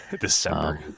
December